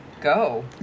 go